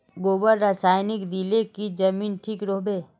गोबर रासायनिक दिले की जमीन ठिक रोहबे?